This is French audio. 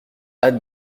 hâte